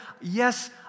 Yes